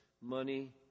money